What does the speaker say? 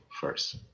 first